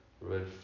red